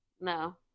no